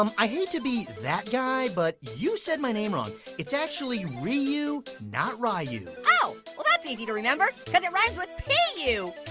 um i hate to be guy, but you said my name wrong. it's actually ree-you, not rye-you. oh, well that's easy to remember, cause it rhymes with p u.